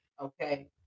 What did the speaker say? Okay